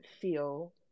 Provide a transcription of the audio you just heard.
feel